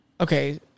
Okay